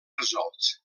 resolts